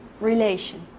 relation